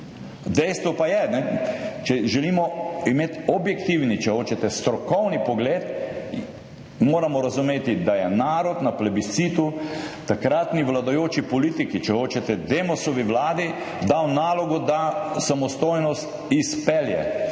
Dejstvo pa je, da če želimo imeti objektivni, če hočete strokovni, pogled, moramo razumeti, da je narod na plebiscitu takratni vladajoči politiki, če hočete Demosovi vladi, dal nalogo, da samostojnost izpelje.